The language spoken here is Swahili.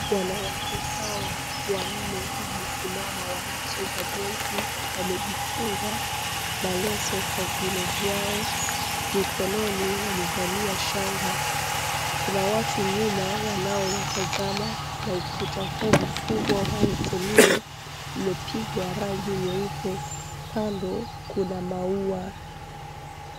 Wanawake hawa wanne wamesiama wanacheza densi. Wamejifunga maleso kwa viuno vyao, mikononi wamevalia shanga. Kuna watu nyuma wanaowatazama na ukuta huu mkubwa hotelini umepigwa rangi nyeupe. Kando kuna maua.